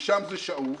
משם זה שאוב,